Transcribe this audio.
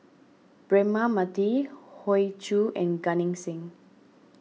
Braema Mathi Hoey Choo and Gan Eng Seng